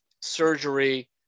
surgery